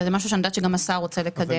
זה משהו שאני יודעת שגם השר רוצה לקדם,